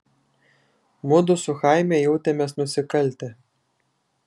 mudu su chaime jautėmės nusikaltę